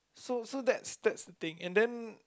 so so that's that's the thing and then